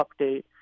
update